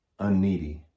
unneedy